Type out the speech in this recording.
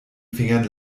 fingern